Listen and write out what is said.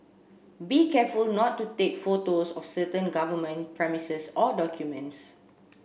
be careful not to take photos of certain government premises or documents